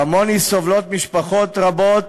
כמוני סובלות משפחות רבות